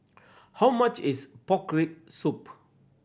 how much is pork rib soup